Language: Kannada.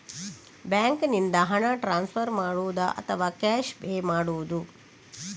ಬ್ಯಾಂಕಿನಿಂದ ಹಣ ಟ್ರಾನ್ಸ್ಫರ್ ಮಾಡುವುದ ಅಥವಾ ಕ್ಯಾಶ್ ಪೇ ಮಾಡುವುದು?